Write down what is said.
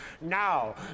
Now